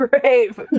grave